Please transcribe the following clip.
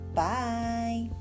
bye